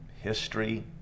history